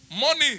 money